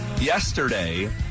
Yesterday